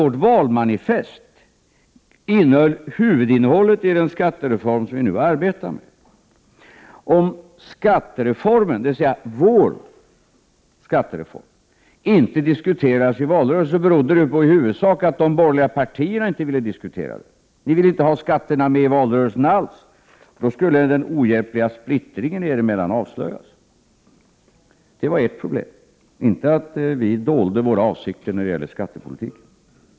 Vårt valmanifest innehöll huvudinnehållet i den skattereform som vi nu arbetar med. Om vår skattereform inte diskuterades i valrörelsen berodde det i huvudsak på att de borgerliga partierna inte ville diskutera den. Ni ville inte ha skatterna med i valrörelsen alls. Då skulle den ohjälpliga splittringen er emellan avslöjas. Det var ert problem, inte att vi dolde våra avsikter när det gäller skattepolitiken.